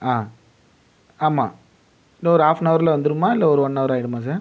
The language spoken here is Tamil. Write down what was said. ஆமாம் இன்னும் ஒரு ஆஃப் அன் அவரில் வந்துவிடுமா இல்லை ஒரு ஒன் அவர் ஆகிடுமா சார்